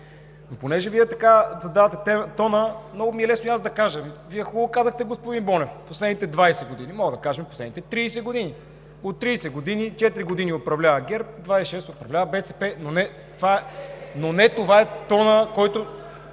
И понеже Вие така задавате тона, много ми е лесно и аз да кажа… Вие хубаво казахте, господин Бонев, „последните 20 години“. Можем да кажем последните 30 години! От 30 години четири години управлява ГЕРБ, 26 управлява БСП (шум, реплики и смях от